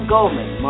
Goldman